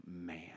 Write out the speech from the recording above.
man